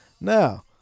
Now